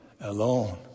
alone